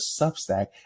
Substack